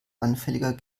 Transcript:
anfälliger